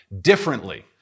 differently